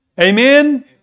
Amen